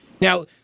Now